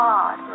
God